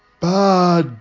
Bad